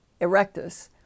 erectus